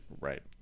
Right